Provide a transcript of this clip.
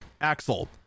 Axel